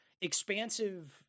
expansive